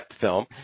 film